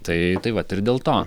tai tai vat ir dėl to